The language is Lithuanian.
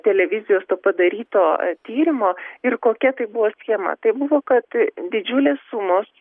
televizijos to padaryto tyrimo ir kokia tai buvo schema tai buvo kad didžiulės sumos